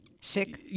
Sick